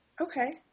okay